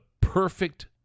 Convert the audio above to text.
perfect